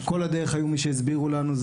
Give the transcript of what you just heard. כל הדרך היו מי שהסבירו לנו,